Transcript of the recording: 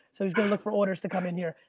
so he's gonna look for orders to come in here.